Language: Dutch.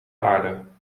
aarde